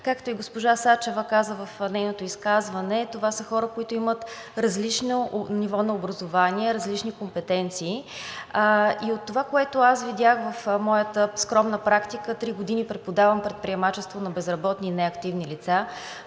Както и госпожа Сачева каза в нейното изказване, това са хора, които имат различно ниво на образование, различни компетенции и от това, което аз видях в моята скромна практика – три години преподавам предприемачество на безработни, неактивни лица,